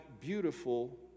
beautiful